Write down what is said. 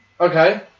okay